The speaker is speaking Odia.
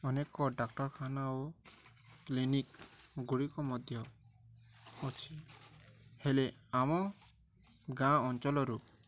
ଅନେକ ଡ଼ାକ୍ତରଖାନା ଓ କ୍ଲିନିକ୍ଗୁଡ଼ିକ ମଧ୍ୟ ଅଛି ହେଲେ ଆମ ଗାଁ ଅଞ୍ଚଲରୁ